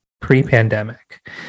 pre-pandemic